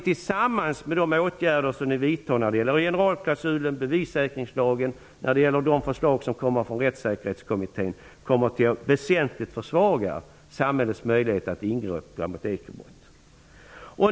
Tillsammans med de åtgärder som ni har vidtagit -- generalklausulen, bevissäkringslagen och de förslag som kommer från rättssäkerhetskommittén -- kommer de att väsentligt försvaga samhällets möjligheter att ingripa mot ekobrott.